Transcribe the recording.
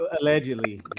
Allegedly